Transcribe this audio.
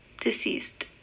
deceased